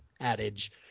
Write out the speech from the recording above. adage